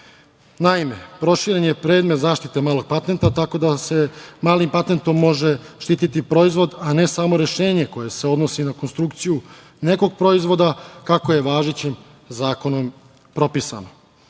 proširen je predmet zaštite malog patenta, tako da se malim patentom može štititi proizvod, a ne samo rešenje koje se odnosi na konstrukciju nekog proizvoda, kako je važećim zakonom propisano. Na